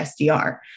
SDR